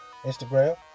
Instagram